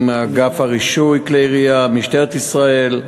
עם אגף רישוי כלי ירייה, משטרת ישראל,